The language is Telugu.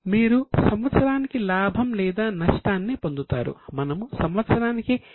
మీరు సంవత్సరానికి లాభం లేదా నష్టాన్ని పొందుతారు